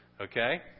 Okay